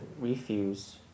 refuse